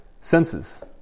senses